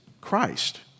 Christ